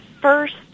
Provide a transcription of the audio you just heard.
first